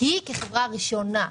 הזה שהיא כחברה ראשונה.